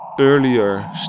earlier